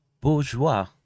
bourgeois